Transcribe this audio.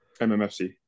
MMFC